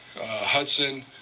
Hudson